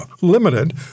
limited